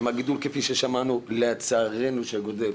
עם הגידול, כפי ששמענו, שלצערנו גדל.